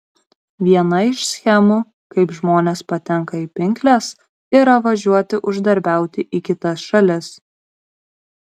viena iš schemų kaip žmonės patenka į pinkles yra važiuoti uždarbiauti į kitas šalis